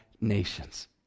nations